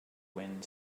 wind